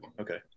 Okay